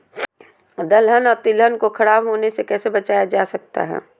दलहन और तिलहन को खराब होने से कैसे बचाया जा सकता है?